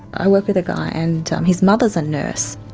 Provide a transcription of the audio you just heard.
i work with a guy and his mother is a nurse.